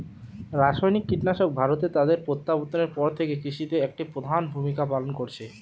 রাসায়নিক কীটনাশক ভারতে তাদের প্রবর্তনের পর থেকে কৃষিতে একটি প্রধান ভূমিকা পালন করেছে